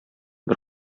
бер